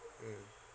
mm